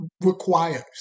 requires